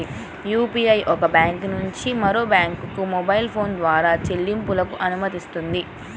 UPI ఒక bank నుంచి మరొక బ్యాంకుకు మొబైల్ ఫోన్ ద్వారా చెల్లింపులకు అనుమతినిస్తుంది